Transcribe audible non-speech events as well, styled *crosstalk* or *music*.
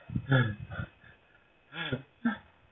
*laughs*